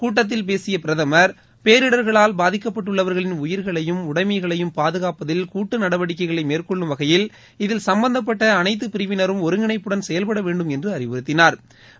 கூட்டத்தில் பேசிய பிரதமர் பேரிடர்களால் பாதிப்புக்குள்ளானவர்களின் உயிர்களையும் உடைமைகளையும் பாதுகாப்பதில் கூட்டு நடவடிக்கைகளை மேற்கொள்ளும் வகையில் இதில் சம்பந்தப்பட்ட அனைத்து பிரிவினரும் ஒருங்கிணைப்புடன் செயல்பட வேண்டும் என்று அறிவுறுத்தினாா்